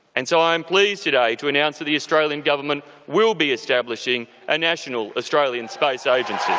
and so i am pleased today to announce that the australian government will be establishing a national australian space agency.